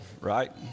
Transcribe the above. right